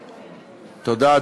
תודה,